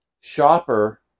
shopper